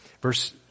Verse